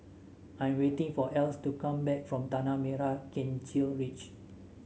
I am waiting for Else to come back from Tanah Merah Kechil Ridge